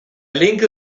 linke